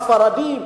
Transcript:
הספרדים,